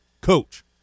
coach